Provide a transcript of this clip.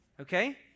Okay